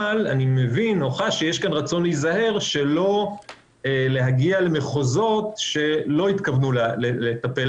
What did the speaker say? אבל אני חש שיש כאן רצון להיזהר שלא להגיע למחוזות שלא התכוונו לטפל